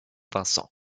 vincent